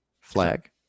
Flag